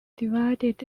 divided